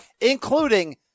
including